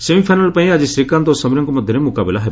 semifinal ପାଇଁ ଆଜି ଶ୍ରୀକାନ୍ତ ଓ ସମୀରଙ୍କ ମଧ୍ୟରେ ମୁକାବିଲା ହେବ